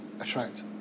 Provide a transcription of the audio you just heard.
attract